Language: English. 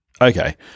Okay